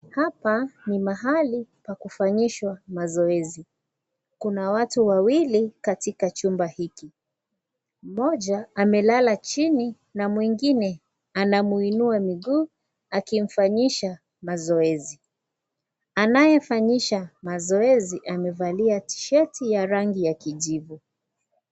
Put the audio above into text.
Hapa ni mahali pa kufanyishwa mazoezi kuna watu wawili katika chumba hiki moja amelala chini na mwingine anamuinua miguu akimfanyisha mazoezi anayefanyisha mazoezi amevalia Tshirt ya rangi ya kijivu.